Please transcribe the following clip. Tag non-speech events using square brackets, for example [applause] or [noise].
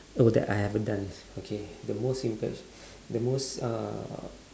oh that I haven't done [noise] okay the most impr~ the most uh